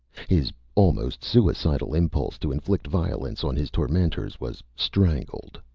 his almost suicidal impulse to inflict violence on his tormenters was strangled,